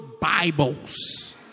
Bibles